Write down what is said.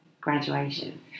graduation